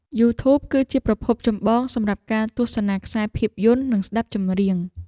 យូធូប គឺជាប្រភពចម្បងសម្រាប់ការទស្សនាខ្សែភាពយន្ត និងស្តាប់ចម្រៀង។